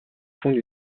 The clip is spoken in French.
fonde